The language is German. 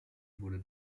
wurde